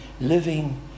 living